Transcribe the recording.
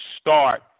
start